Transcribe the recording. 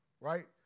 right